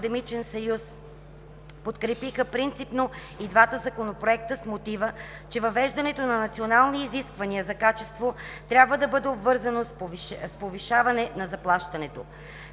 академичен съюз – БАН, подкрепиха принципно и двата законопроекта с мотива, че въвеждането на национални изисквания за качество трябва да бъде обвързано с повишаване на заплащането.